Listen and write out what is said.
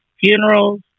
funerals